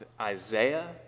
Isaiah